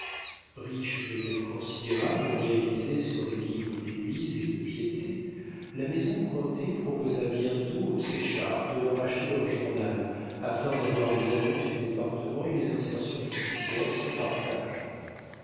riche de gains considérables réalisés sur les livres d'église et de piété la maison cointet proposa bientôt aux séchard de leur acheter leur journal afin d'avoir les annonces du département et les insertions judiciaires sans partage